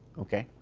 okay.